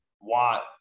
Watt